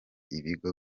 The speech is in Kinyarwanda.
ibigo